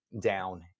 down